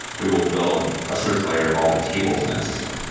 we will build a search layer of all the tables in that system.